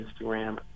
Instagram